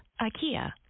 IKEA